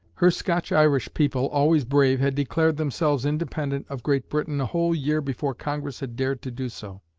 her scotch-irish people, always brave, had declared themselves independent of great britain a whole year before congress had dared to do so.